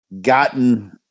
gotten